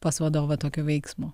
pas vadovą tokio veiksmo